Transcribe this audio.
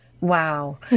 Wow